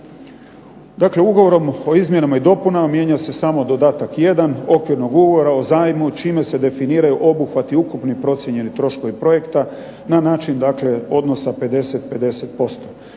Dakle ugovorom o izmjenama i dopunama mijenja se samo dodatak 1. Okvirnog ugovora o zajmu, čime se definiraju obuhvati ukupni procijenjeni troškovi projekta, na način dakle odnosa 50:50%.